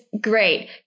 great